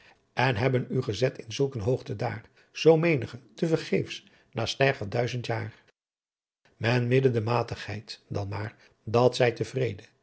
en hebben u gezet in zulk een hooghte daar zoo meen'ghe te vergeefs naa steigert duizendt jaar men bidd de matigheidt dan maar dat zy te